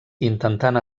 intentant